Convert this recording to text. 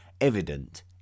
evident